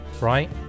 right